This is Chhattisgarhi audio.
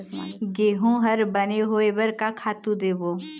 गेहूं हर बने होय बर का खातू देबो?